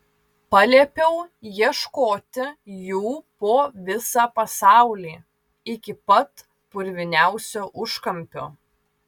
paliepiau ieškoti jų po visą pasaulį iki pat purviniausio užkampio